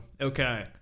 Okay